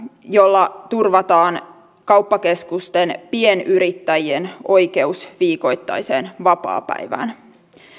jolla turvataan kauppakeskusten pienyrittäjien oikeus viikoittaiseen vapaapäivään